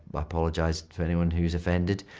but apologise for anyone who's offended,